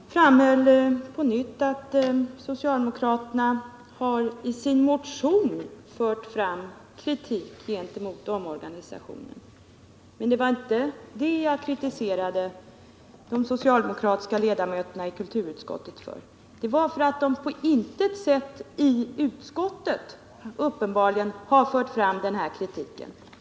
Herr talman! Georg Andersson framhöll på nytt att socialdemokraterna i sin motion har fört fram kritik gentemot omorganisationen. Men det var inte det jag klandrade de socialdemokratiska ledamöterna i kulturutskottet för. Vad jag vände mig mot var att de uppenbarligen på intet sätt i utskottet har fört fram denna kritik.